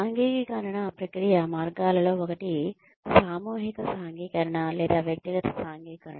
సాంఘికీకరణ ప్రక్రియ మార్గాలలో ఒకటి సామూహిక సాంఘికీకరణ లేదా వ్యక్తిగత సాంఘికీకరణ